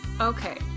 Okay